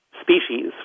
species